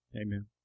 Amen